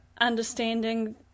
understanding